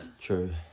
True